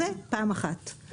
זה פעם אחת.